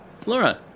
Flora